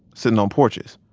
sitting on porches.